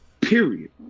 period